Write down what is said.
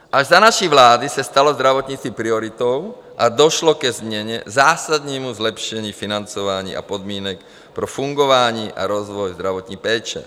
Až za naší vlády se stalo zdravotnictví prioritou a došlo ke změně, k zásadnímu zlepšení financování a podmínek pro fungování a rozvoj zdravotní péče.